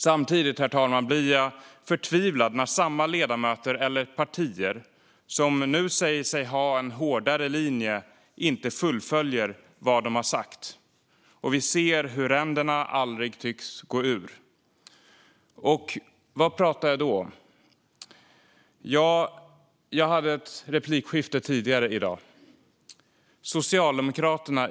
Samtidigt, herr talman, blir jag förtvivlad när samma ledamöter eller partier som nu säger sig ha en hårdare linje inte fullföljer vad de har sagt. Vi ser att ränderna aldrig tycks gå ur. Vad talar jag om då? Jag hade ett replikskifte tidigare i dag.